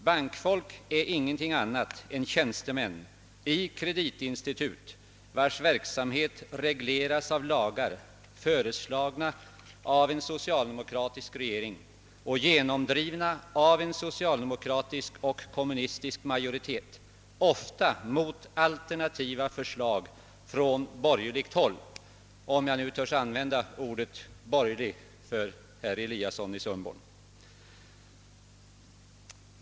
Bankfolk är ingenting annat än tjänstemän i kreditinstitut, vilkas verksamhet regleras av lagar, föreslagna av en socialdemokratisk regering och genomdrivna av en socialdemokratisk och kommunistisk majoritet, ofta mot alternativa förslag från borgerligt håll — om jag nu törs begagna ordet borgerlig för herr Eliasson i Sundborn.